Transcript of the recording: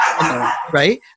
right